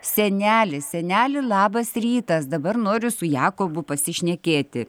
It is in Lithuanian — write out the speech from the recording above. seneli seneli labas rytas dabar noriu su jakobu pasišnekėti